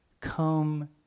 Come